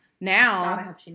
Now